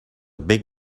big